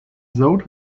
sought